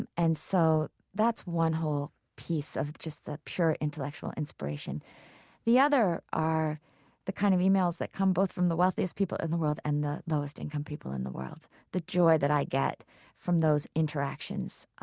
and and so that's one whole piece of just the pure intellectual inspiration the other are the kind of e-mails that come both from the wealthiest people in the world and the lowest-income people in the world. the joy that i get from those interactions